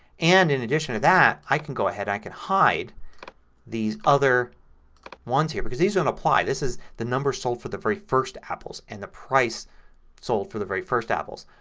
and in addition to that i can go ahead and i can hide these other ones here because these don't apply. this is the number sold for the very first apples and the price sold for the very first apples.